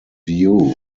view